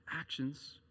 actions